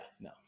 no